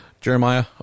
Jeremiah